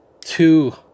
Two